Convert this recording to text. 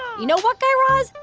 you know what, guy raz?